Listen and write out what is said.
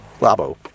Labo